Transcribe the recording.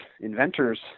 inventors